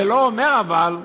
זה לא אומר, אבל,